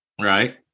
right